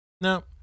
No